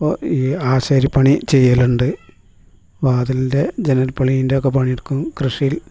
ഈ ആശാരിപ്പണി ചെയ്യലുണ്ട് വാതില്ൻ്റെ ജനൽപാളീൻ്റയൊക്കെ പണിയെടുക്കും കൃഷിയിൽ